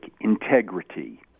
integrity